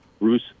Bruce